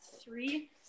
three